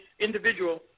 individual